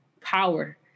power